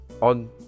on